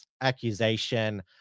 accusation